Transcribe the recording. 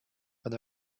when